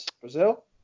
Brazil